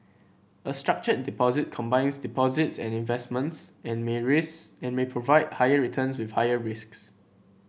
a structured deposit combines deposits and investments and may raise and may provide higher returns with higher risks